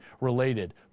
related